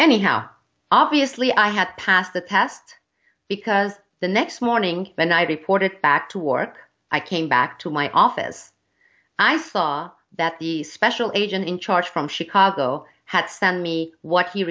anyhow obviously i had passed the test because the next morning when i reported back to work i came back to my office i saw that the special agent in charge from chicago had sent me what he